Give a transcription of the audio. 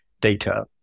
data